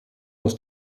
aus